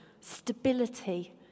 stability